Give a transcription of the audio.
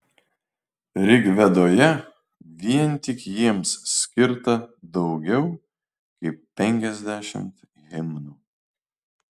rigvedoje vien tik jiems skirta daugiau kaip penkiasdešimt himnų